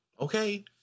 Okay